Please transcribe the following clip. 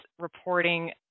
reporting